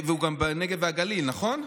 הוא גם בנגב והגליל, נכון?